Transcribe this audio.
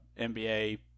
nba